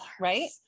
Right